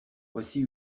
voici